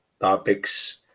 topics